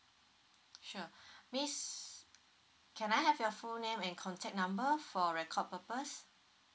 sure miss can I have your full name and contact number for record purpose